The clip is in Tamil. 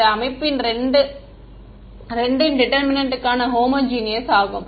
எனவே இந்த அமைப்பு 2 ன் டிடெர்மினன்ட் க்கான ஹோமோஜினியஸ் ஆகும்